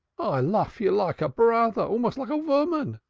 i lof you like a brother almost like a voman.